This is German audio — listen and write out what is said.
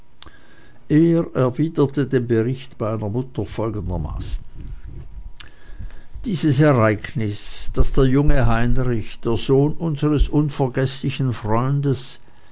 er erwiderte den bericht meiner mutter folgendermaßen dieses ereignis daß der junge heinrich der sohn unseres unvergeßlichen freundes